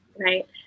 right